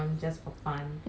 really